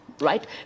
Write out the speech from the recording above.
right